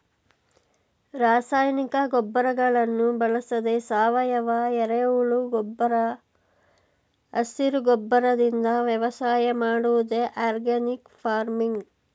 ರಾಸಾಯನಿಕ ಗೊಬ್ಬರಗಳನ್ನು ಬಳಸದೆ ಸಾವಯವ, ಎರೆಹುಳು ಗೊಬ್ಬರ ಹಸಿರು ಗೊಬ್ಬರದಿಂದ ವ್ಯವಸಾಯ ಮಾಡುವುದೇ ಆರ್ಗ್ಯಾನಿಕ್ ಫಾರ್ಮಿಂಗ್